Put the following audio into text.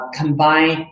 combine